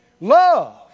Love